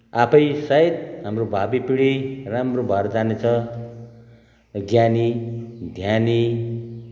आफै सायद हाम्रो भावी पिँढी राम्रो भएर जाने छ ज्ञानी ध्यानी